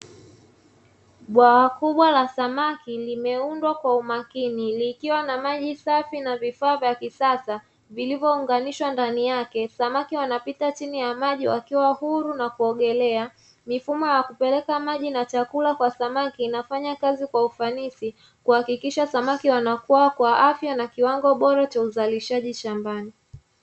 Bwawa kubwa la samaki limeundwa Kwa umakini likiwa na maji safi na vifaa vya kisasa vilivyounganishwa ndani yake, samaki wanaopita chini ya maji wakiwa huru na kuogelea. Mifumo ya kupeleka maji kwa samaki unafanya Kazi kwa ufanisi kuhakikisha samaki wanakuwa Kwa kiwango bora cha uzalishaji shambani.